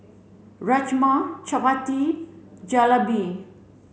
Rajma Chapati Jalebi